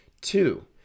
Two